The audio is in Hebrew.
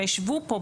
והשוו פה,